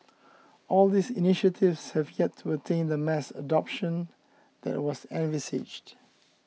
all these initiatives have yet to attain the mass adoption that was envisaged